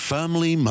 Firmly